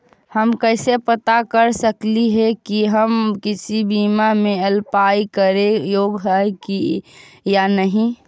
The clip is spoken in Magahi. हम कैसे पता कर सकली हे की हम किसी बीमा में अप्लाई करे योग्य है या नही?